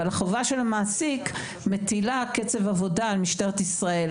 אבל החובה של המעסיק מטילה קצב עבודה על משטרת ישראל.